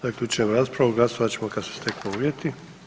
Zaključujem raspravu, glasovat ćemo kad se steknu uvjeti.